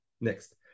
Next